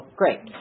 great